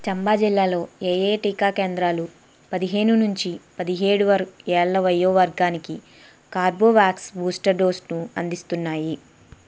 చంబా జిల్లాలో ఏయే టీకా కేంద్రాలు పదిహేను నుంచి పదిహేడు వరకు ఏళ్ళ వయోవర్గానికి కార్బ్వాక్స్ బూస్టర్ డోసును అందిస్తున్నాయి